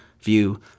view